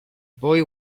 boy